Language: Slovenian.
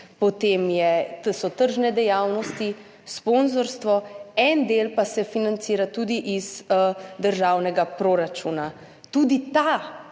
potem so tržne dejavnosti, sponzorstvo, en del pa se financira tudi iz državnega proračuna. Tudi ta